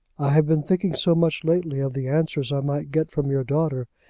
i have been thinking so much lately of the answers i might get from your daughter,